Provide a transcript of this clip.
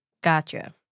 Gotcha